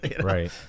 right